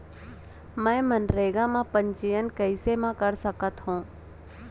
मैं मनरेगा म पंजीयन कैसे म कर सकत हो?